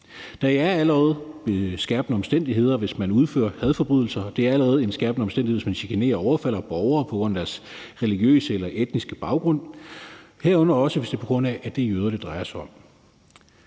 Det er allerede en skærpende omstændighed, hvis man udfører hadforbrydelser, og det er også allerede en skærpende omstændighed, hvis man chikanerer eller overfalder borgere på grund af deres religiøse eller etniske baggrund, herunder også, hvis det er jøder, det drejer sig om.